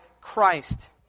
Christ